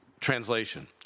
translation